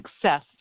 success